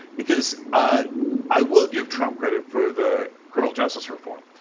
because i i will give trump credit for the criminal justice reform.